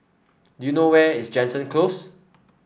do you know where is Jansen Close